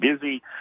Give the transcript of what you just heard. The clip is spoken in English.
busy